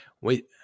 Wait